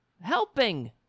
helping